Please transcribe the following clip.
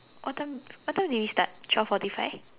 what time what time did we start twelve forty five